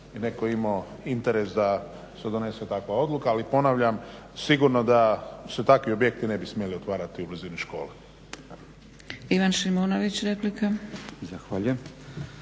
netko imao interes da se donese takva odluka. Ali ponavljam, sigurno da se takvi objekti ne bi smjeli otvarati u blizini škole.